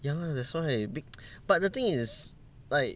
ya lah that's why bec~ but the thing is like